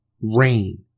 rain